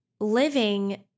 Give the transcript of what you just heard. living